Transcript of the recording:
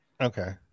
Okay